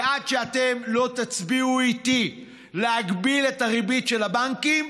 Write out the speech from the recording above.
ועד שאתם לא תצביעו איתי להגביל את הריבית של הבנקים,